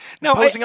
Now